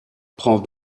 prend